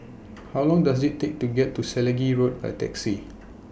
How Long Does IT Take to get to Selegie Road By Taxi